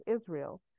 Israel